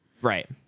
Right